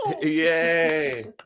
Yay